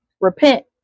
repent